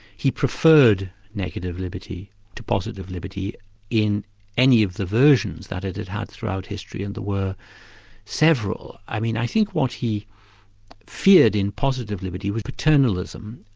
he preferred negative liberty to positive liberty in any of the versions that it had had throughout history, and there were several. i mean i think what he feared in positive liberty was paternalism,